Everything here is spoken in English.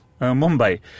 Mumbai